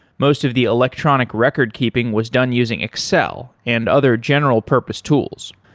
most of the electronic record-keeping was done using excel and other general purpose tools.